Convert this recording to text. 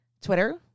Twitter